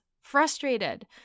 frustrated